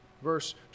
Verse